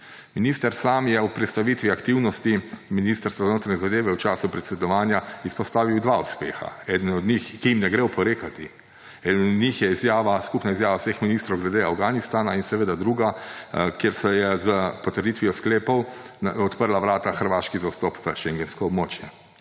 Minister sam je ob predstavitvi aktivnosti Ministrstva za notranje zadeve v času predsedovanja izpostavil dva uspeha, ki jima ne gre oporekati. Eden je skupna izjava vseh ministrov glede Afganistana. In seveda drugi, kjer so se s potrditvijo sklepov odprla vrata Hrvaški za vstop v šengensko območje.